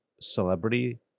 celebrity